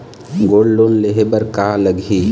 Gold loan लेहे बर का लगही?